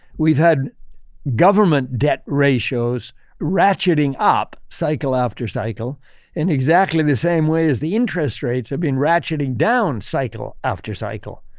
we've had government debt ratios ratcheting up cycle after cycle in exactly the same way as the interest rates have been ratcheting down cycle after cycle.